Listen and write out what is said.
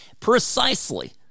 Precisely